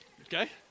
okay